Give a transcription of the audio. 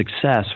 success